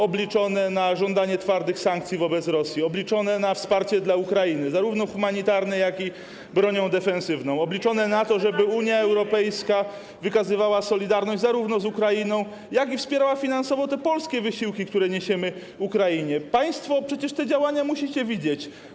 obliczone na żądanie twardych sankcji wobec Rosji, obliczone na wsparcie dla Ukrainy, zarówno humanitarne, jak i bronią defensywną, obliczone na to, żeby Unia Europejska wykazywała solidarność zarówno z Ukrainą, jak i wspierała finansowo te polskie wysiłki, które niesiemy Ukrainie - państwo przecież te działania musicie widzieć.